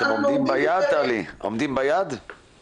אנחנו כמובן משתדלים לעשות את התהליך הטוב ביותר ואני חושב